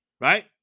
Right